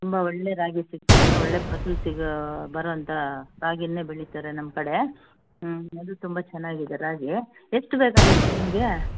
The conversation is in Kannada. ತುಂಬ ಒಳ್ಳೆ ರಾಗಿ ಸಿಕ್ಕುತ್ತೆ ಒಳ್ಳೆ ಫಸಲು ಸಿಗೋ ಬರೋವಂಥಾ ರಾಗಿಯನ್ನೆ ಬೆಳೀತಾರೆ ನಮ್ಮ ಕಡೆ ಹ್ಞೂ ಅದು ತುಂಬ ಚೆನ್ನಾಗಿದೆ ರಾಗಿ ಎಷ್ಟು ಬೇಕಾಗಿತ್ತು ನಿಮಗೆ